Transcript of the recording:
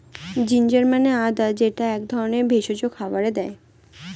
ginger মানে আদা যেইটা এক ধরনের ভেষজ খাবারে দেয়